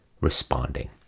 responding